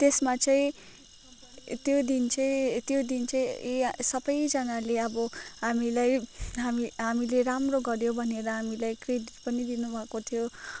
त्यसमा चाहिँ त्यो दिन चाहिँ त्यो दिन चाहिँ सबैजनाले अब हामीलाई हामीले राम्रो गर्यो भनेर हामीलाई क्रेडिट पनि दिनुभएको थियो